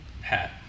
hat